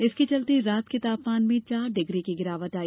इसके चलते रात के तापमान में चार डिग्री की गिरावट आई